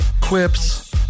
Quips